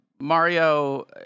Mario